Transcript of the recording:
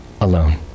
alone